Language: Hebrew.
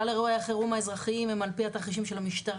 כלל אירועי האזרחיים הם על פי התרחישים של המשטרה,